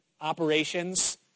operations